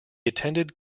attended